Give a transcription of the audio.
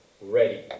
ready